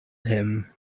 him